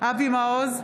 אבי מעוז,